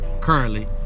Currently